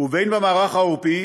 ובמערך העורפי